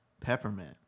peppermint